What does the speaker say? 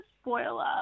spoiler